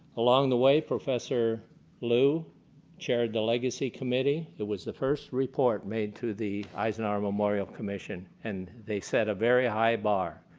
along the way, professor lou chaired the legacy committee. it was the first report made to the eisenhower memorial commission. and they set a very high bar.